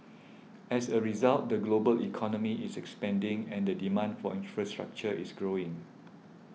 as a result the global economy is expanding and the demand for infrastructure is growing